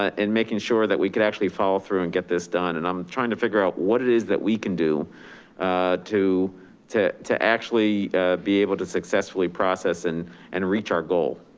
and making sure that we could actually follow through and get this done. and i'm trying to figure out what it is that we can do to to actually be able to successfully process and and reach our goal.